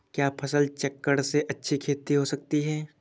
क्या फसल चक्रण से अच्छी खेती हो सकती है?